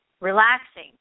Relaxing